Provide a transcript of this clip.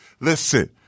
listen